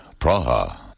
Praha